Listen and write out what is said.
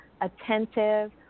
attentive